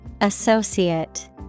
Associate